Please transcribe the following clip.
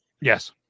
yes